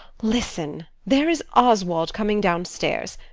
listen! there is oswald coming downstairs.